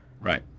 Right